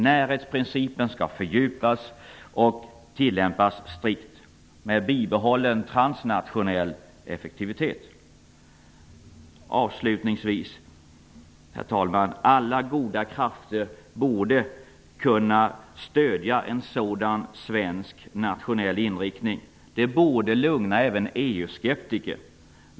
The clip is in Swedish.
Närhetsprincipen skall fördjupas och tillämpas strikt med bibehållen transnationell effektivitet. Avslutningsvis, herr talman, borde alla goda krafter kunna stödja en sådan svensk nationell inriktning. Det borde lugna även EU-skeptiker.